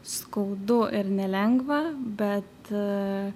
skaudu ir nelengva bet